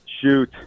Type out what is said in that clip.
shoot